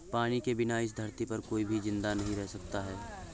पानी के बिना इस धरती पर कोई भी जिंदा नहीं रह सकता है